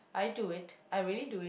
I do it I really do it